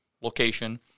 location